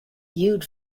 viewed